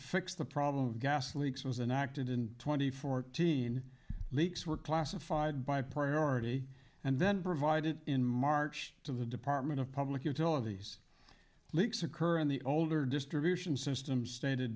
fix the problem of gas leaks was an act and in twenty four teen leaks were classified by priority and then provided in march to the department of public utilities leaks occur in the older distribution system stated